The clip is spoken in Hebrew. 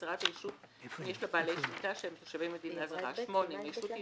הצהרת הישות אם יש לה בעלי שליטה שהם תושבי מדינה זרה; אם הישות היא